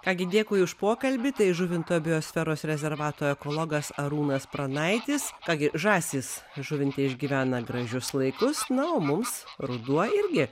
ką gi dėkui už pokalbį tai žuvinto biosferos rezervato ekologas arūnas pranaitis ką gi žąsys žuvinte išgyvena gražius laikus na o mums ruduo irgi